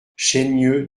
chaigneux